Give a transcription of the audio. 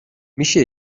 میشه